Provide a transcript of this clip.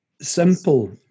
simple